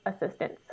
assistance